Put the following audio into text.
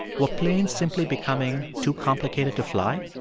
were planes simply becoming too complicated to fly?